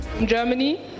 Germany